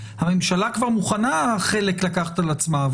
הממשלה כבר מוכנה חלק לקחת על עצמה,